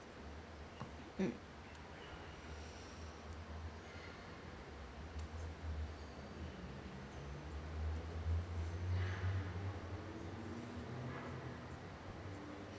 mm